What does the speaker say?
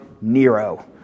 Nero